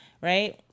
Right